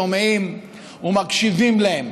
שומעים ומקשיבים להם.